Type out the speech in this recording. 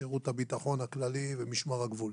שירות הביטחון הכללי ומשמר הגבול.